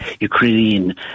Ukrainian